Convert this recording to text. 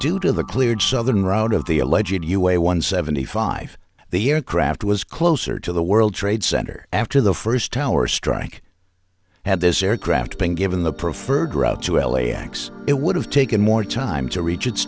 due to the cleared southern route of the a legit usa one seventy five the aircraft was closer to the world trade center after the first tower strike had this aircraft been given the preferred route to l a x it would have taken more time to reach